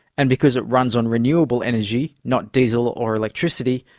and because it runs on renewable energy, not diesel or electricity,